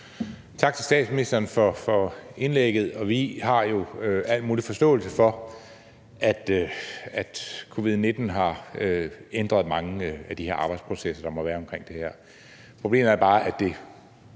Tak til statsministeren for indlægget. Vi har jo al mulig forståelse for, at covid-19 har ændret mange af de arbejdsprocesser, der må være omkring det her. Problemet er bare, at tiden